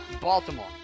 Baltimore